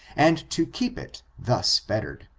and to keep it thus bettered.